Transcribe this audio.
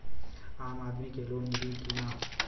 आम आदमी के लोन मिली कि ना?